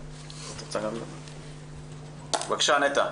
בבקשה, נטע.